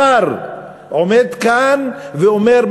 שר עומד כאן ואומר,